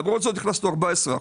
למרות זאת הכנסנו 14 אחוזים.